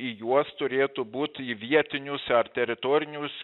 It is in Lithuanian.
į juos turėtų būt į vietinius ar teritorinius